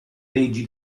leggi